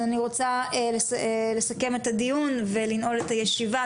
אני רוצה לסכם את הדיון ולנעול את הישיבה,